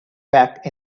back